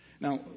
Now